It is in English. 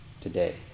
today